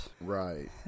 Right